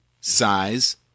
size